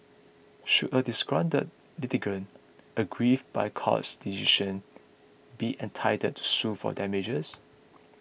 should a disgruntled litigant aggrieve by courts decisions be entitled to sue for damages